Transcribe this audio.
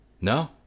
No